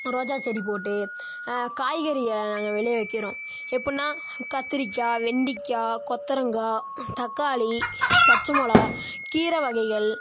ரோஜா செடி போட்டு காய்கறியை நாங்கள் விளைய வைக்கிறோம் எப்பிடின்னா கத்திரிக்காய் வெண்டைக்கா கொத்தரங்காய் தக்காளி பச்சை மிளாக கீரை வகைகள்